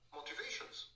motivations